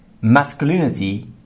Masculinity